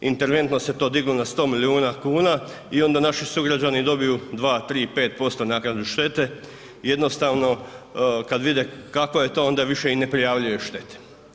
Interventno se to diglo na 100 milijuna kuna i onda naši sugrađani dobiju 2,3,5% naknadu štete i onda jednostavno kada vide kakva je to onda više i ne prijavljuje štete.